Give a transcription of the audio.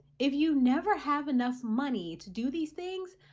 if you never have enough money to do these things,